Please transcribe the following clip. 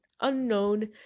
unknown